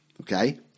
Okay